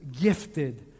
gifted